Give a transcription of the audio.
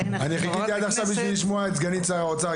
אני חיכיתי עד עכשיו בשביל לשמוע את סגנית שר האוצר.